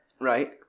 Right